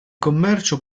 commercio